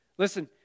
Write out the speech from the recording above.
Listen